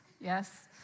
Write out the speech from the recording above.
Yes